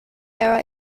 error